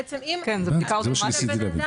זו בדיקה אוטומטית.